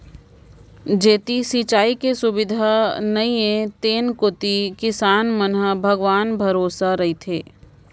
जेती सिंचाई के सुबिधा नइये तेन कोती किसान मन ह भगवान भरोसा रइथें